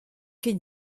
ket